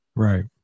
Right